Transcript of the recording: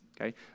okay